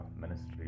ministry